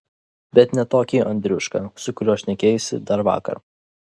bet ne tokį andriušką su kuriuo šnekėjosi dar vakar